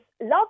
love